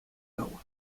agua